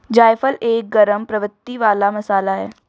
जायफल एक गरम प्रवृत्ति वाला मसाला है